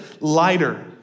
lighter